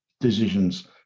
decisions